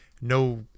no